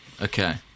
Okay